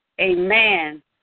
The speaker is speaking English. amen